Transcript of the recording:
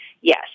yes